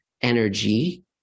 energy